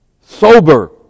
sober